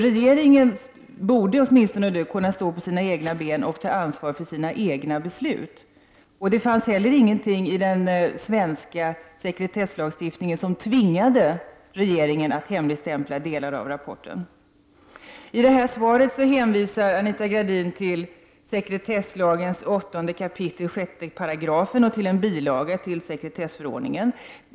Regeringen borde kunna stå på sina egna ben och ta ansvar för sina egna beslut. Det fanns ingenting heller i den svenska sekretesslagstiftningen som tvingade regeringen att hemligstämpla delar av rapporten. I sitt svar hänvisar Anita Gradin till sekretesslagens 8 kap. 6§ och till en bilaga till sekretessförordningen.